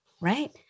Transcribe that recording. right